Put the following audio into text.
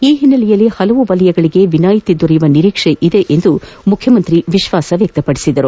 ಈ ಹಿನ್ನೆಲೆಯಲ್ಲಿ ಹಲವು ವಲಯಗಳಗೆ ವಿನಾಯಿತಿ ದೊರೆಯುವ ನಿರೀಕ್ಷೆ ಇದೆ ಎಂದು ವಿಶ್ವಾಸ ವ್ಯಕ್ತಪಡಿಸಿದರು